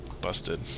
busted